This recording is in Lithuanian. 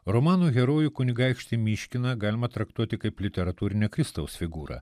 romano herojų kunigaikštį miškiną galima traktuoti kaip literatūrinę kristaus figūrą